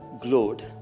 glowed